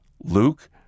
Luke